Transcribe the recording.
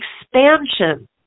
Expansion